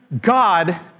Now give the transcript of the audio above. God